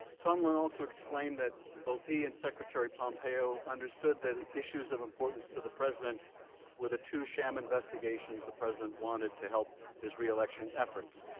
sondland also explained that both he and secretary pompeo understood the issues of importance to the president or the two sham investigations the president wanted to help his reelection efforts.